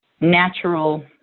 natural